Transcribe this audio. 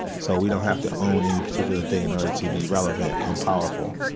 so we don't have to own a particular thing in order to be relevant and powerful.